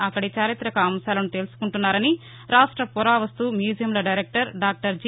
అక్కడి చారితక అంశాలను తెలుసుకుంటున్నారని రాష్ట్ర పురావస్తు మ్యూజియంల డైరెక్టర్ డాక్టర్ జి